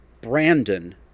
Brandon